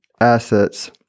assets